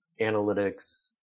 analytics